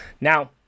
Now